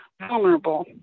vulnerable